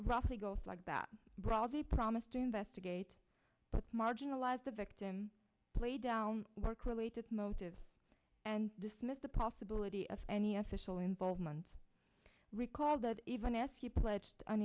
roughly goes like that brawl the promise to investigate marginalize the victim play down work related motives and dismiss the possibility of any official involvement recall that even if you pledged an